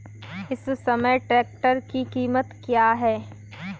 इस समय ट्रैक्टर की कीमत क्या है?